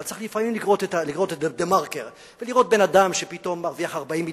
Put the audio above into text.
אבל צריך לפעמים לקרוא את "דה-מרקר" ולראות בן-אדם שפתאום מרוויח 40,